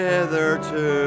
Hitherto